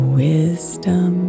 wisdom